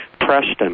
Preston